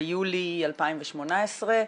ביולי 2018,